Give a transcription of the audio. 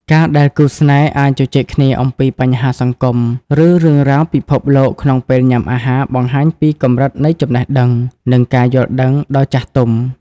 ការដែលគូស្នេហ៍អាចជជែកគ្នាអំពីបញ្ហាសង្គម ឬរឿងរ៉ាវពិភពលោកក្នុងពេលញ៉ាំអាហារ បង្ហាញពីកម្រិតនៃចំណេះដឹង និងការយល់ដឹងដ៏ចាស់ទុំ។